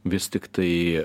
vis tiktai